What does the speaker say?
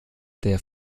der